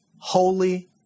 holy